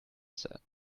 said